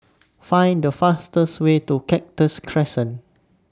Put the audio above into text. Find The fastest Way to Cactus Crescent